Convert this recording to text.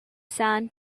sand